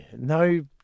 No